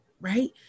Right